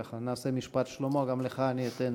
ככה, נעשה משפט שלמה גם לך אני אתן